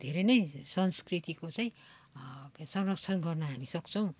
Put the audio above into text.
धेरै नै संस्कृतिको चाहिँ संरक्षण गर्न हामी सक्छौँ